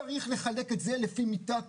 צריך לחלק את זה לפי מיטה,